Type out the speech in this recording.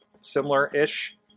similar-ish